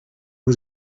was